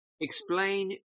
explain